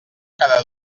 cada